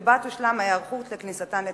שבה תושלם ההיערכות לכניסתן לתוקף.